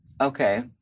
Okay